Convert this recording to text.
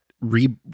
Re